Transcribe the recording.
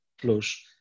plus